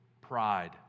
pride